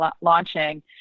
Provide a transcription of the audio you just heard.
launching